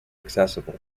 accessible